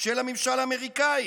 של הממשל האמריקאי.